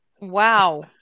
Wow